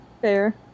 Fair